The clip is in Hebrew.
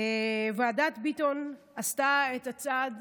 ועדת ביטון עשתה את הצעד